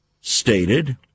stated